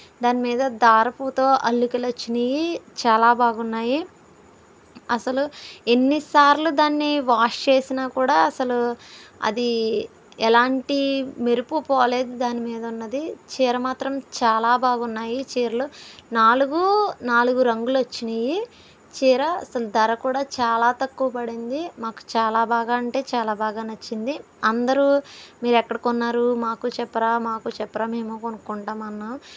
దాని మీద దారపుతో అల్లికలు వచ్చినాయి చాలా బాగున్నాయి అసలు ఎన్నిసార్లు దాన్ని వాష్ చేసినా కూడా అసలు అది ఎలాంటి మెరుపు పోలేదు దాని మీద ఉన్నది చీర మాత్రం చాలా బాగున్నాయి చీరలు నాలుగు నాలుగు రంగులు వచ్చినాయి చీర అసలు ధర కూడా చాలా తక్కువ పడింది మాకు చాలా బాగా అంటే చాలా బాగా నచ్చింది అందరూ మీరు ఎక్కడ కొన్నారు మాకు చెప్పరా మాకు చెప్పరా మేము కొనుక్కుంటాం అన్న